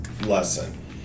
lesson